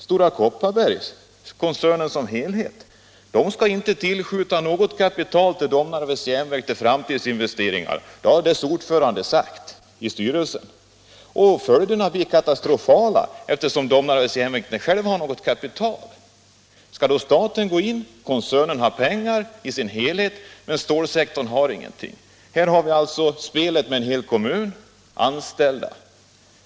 Stora Kopparbergskoncernen som helhet skall inte tillskjuta något kapital till Domnarvets Jernverk för framtidsinvesteringar — det har dess styrelseordförande sagt. Följderna blir katastrofala, eftersom Domnarvets Jernverk inte självt har kapital. Skall då staten gå in? Koncernen i sin helhet har pengar, men stålsektorn har ingenting. Här har vi alltså spelet med en hel kommun och med de anställda.